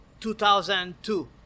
2002